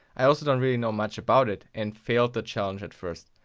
i also don't really know much about it, and failed the challenge at first.